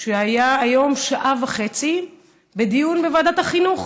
שהוא היה שעה וחצי בדיון בוועדת החינוך.